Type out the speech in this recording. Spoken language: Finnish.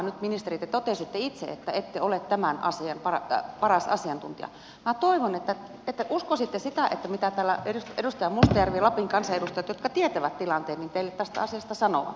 nyt ministeri te totesitte itse että ette ole tämän asian paras asiantuntija ja minä toivon että uskoisitte sitä mitä täällä edustaja mustajärvi ja lapin kansanedustajat jotka tietävät tilanteen teille tästä asiasta sanovat